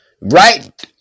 right